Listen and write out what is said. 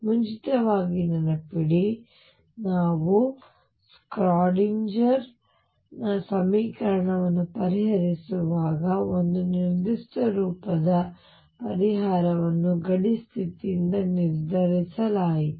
ಮುಂಚಿತವಾಗಿ ನೆನಪಿಡಿ ನಾವು ಸ್ಕ್ರಾಡಿನ್ಜರ್ ನ ಸಮೀಕರಣವನ್ನು ಪರಿಹರಿಸುವಾಗ ಒಂದು ನಿರ್ದಿಷ್ಟ ರೂಪದ ಪರಿಹಾರವನ್ನು ಗಡಿ ಸ್ಥಿತಿಯಿಂದ ನಿರ್ಧರಿಸಲಾಯಿತು